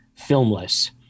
filmless